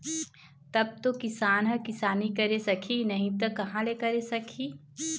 तब तो किसान ह किसानी करे सकही नइ त कहाँ ले करे सकही